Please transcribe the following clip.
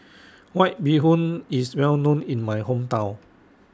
White Bee Hoon IS Well known in My Hometown